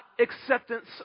acceptance